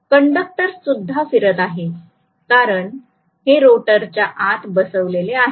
conductors सुद्धा फिरत आहेत कारण हे रोटरच्या आत बसवले आहेत